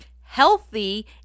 Healthy